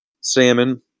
Salmon